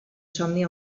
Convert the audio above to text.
somni